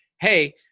hey